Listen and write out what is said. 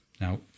Now